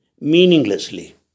meaninglessly